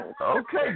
Okay